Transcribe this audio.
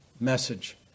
message